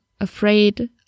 afraid